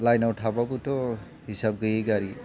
लाइनाव थाबाबोथ' हिसाब गैयि गारि